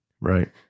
Right